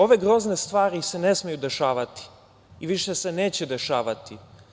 Ove grozne stvari se ne smeju dešavati i više se neće dešavati.